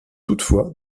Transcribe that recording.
toutefois